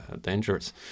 dangerous